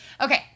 Okay